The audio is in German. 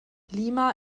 lima